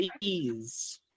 Please